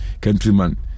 countryman